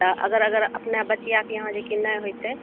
तऽ अगर अगर अपने बचियाके यहाॅं जे की नहि होइतै